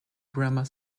grammar